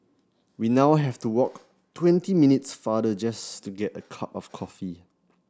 we now have to walk twenty minutes farther just to get a cup of coffee